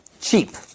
Cheap